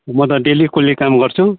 म त डेली कुल्ली काम गर्छु